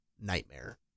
nightmare